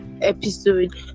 episode